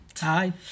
Hi